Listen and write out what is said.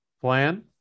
Plan